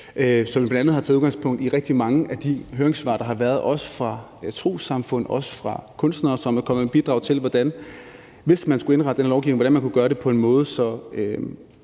vi bl.a. har taget udgangspunkt i rigtig mange af de høringssvar, der har været, også fra trossamfund og kunstnere, som er kommet med bidrag til, hvordan man, hvis man skulle indrette den her lovgivning, kunne gøre det på en måde, så